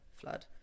flood